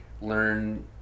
Learn